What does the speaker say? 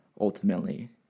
ultimately